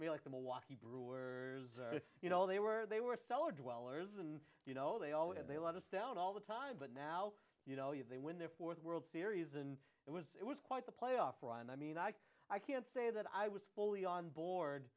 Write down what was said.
raises me like the milwaukee brewers you know they were they were cellar dwellers and you know they own and they let us down all the time but now you know you they win their fourth world series and it was it was quite the playoff run and i mean i i can't say that i was fully on board